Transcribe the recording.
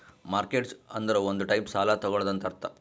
mortgage ಅಂದುರ್ ಒಂದ್ type ಸಾಲ ತಗೊಳದಂತ್ ಅರ್ಥ